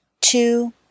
Two